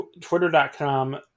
Twitter.com